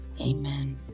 Amen